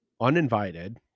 uninvited